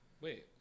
wait